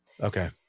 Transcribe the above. Okay